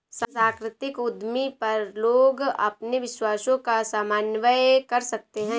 सांस्कृतिक उद्यमी पर लोग अपने विश्वासों का समन्वय कर सकते है